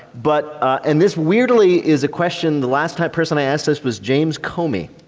but and this weirdly is a question. the last person i asked us was james comey.